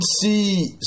see